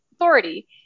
authority